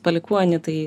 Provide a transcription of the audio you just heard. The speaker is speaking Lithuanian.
palikuonį tai